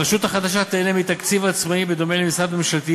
הרשות החדשה תיהנה מתקציב עצמאי בדומה למשרד ממשלתי